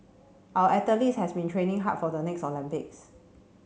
our athletes has been training hard for the next Olympics